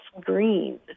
green